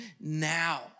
now